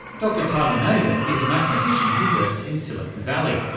dr tyler neylon is a mathematician who works in silicon valley.